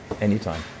anytime